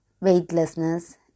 weightlessness